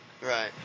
Right